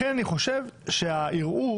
לכן אני חושב שהערעור